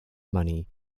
money